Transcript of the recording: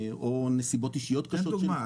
או נסיבות קשות אישיות תן דוגמא,